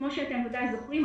כפי שאתם זוכרים בוודאי,